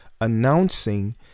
announcing